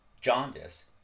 jaundice